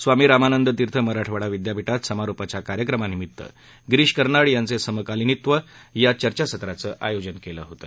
स्वामी रामानंद तीर्थ मराठवाडा विदयापीठात समारोपाच्या कार्यक्रमानिमीत गिरीश कार्नाड यांचे समकालीनत्व या चर्चासत्राचं आयोजन केलं होतं